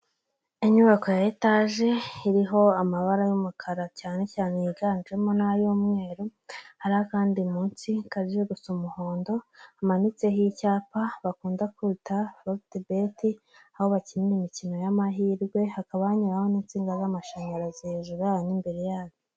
Inyubako ya etaje iriho amabara y'umukara cyane cyane yiganjemo n'ay'umweru, hari n'akandi munsi kajya gusa umuhondo kamanitse ho icyapa bakunda kwita fotibeti aho bakinira imikino y'amahirwe, hakaba hanyura ho n'insinga z'amashanyarazi, hejuru yaho n'imbere yaho.